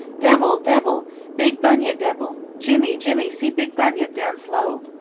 debble, debble big bunyip debble. jimmy, jimmy see big bunyip down slow!